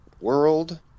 world